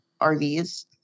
RVs